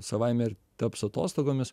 savaime ir taps atostogomis